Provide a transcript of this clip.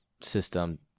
system